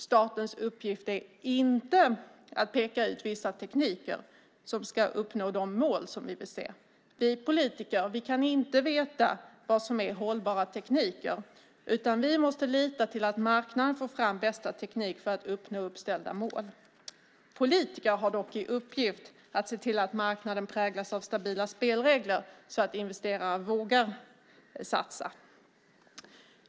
Statens uppgift är inte att peka ut vissa tekniker som ska uppnå de mål som vi vill se. Vi politiker kan inte veta vad som är hållbara tekniker. Vi måste lita till att marknaden får fram bästa teknik för att uppnå uppställda mål. Politiker har dock i uppgift att se till att marknaden präglas av stabila spelregler så att investerare vågar satsa.